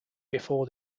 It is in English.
before